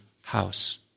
house